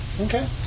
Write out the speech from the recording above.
Okay